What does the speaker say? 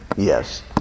Yes